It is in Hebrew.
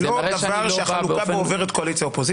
זה לא דבר שהחלוקה בו עוברת קואליציה/אופוזיציה.